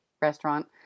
restaurant